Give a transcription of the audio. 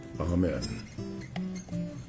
Amen